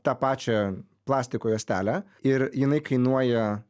tą pačią plastiko juostelę ir jinai kainuoja